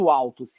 alto